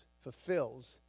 fulfills